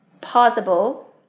possible